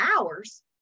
hours